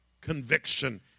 conviction